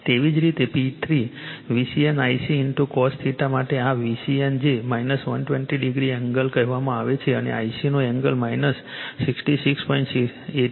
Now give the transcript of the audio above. તેવી જ રીતે P3 VCN Ic cos માટે આ VCN જે 120 એંગલ કહેવામાં આવે છે અને Ic નો એંગલ 66